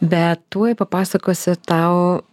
bet tuoj papasakosiu tau